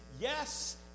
yes